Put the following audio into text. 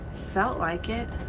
felt like it.